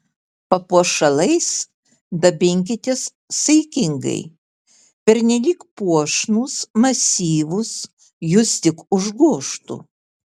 papuošalais dabinkitės saikingai pernelyg puošnūs masyvūs jus tik užgožtų